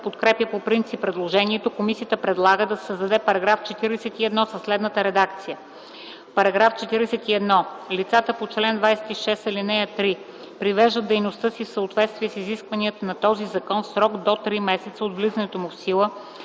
подкрепя по принцип предложението. Комисията предлага да се създаде § 41 със следната редакция: „§ 41. (1) Лицата по чл. 26, ал. 3 привеждат дейността си в съответствие с изискванията на този закон в срок до три месеца от влизането му в сила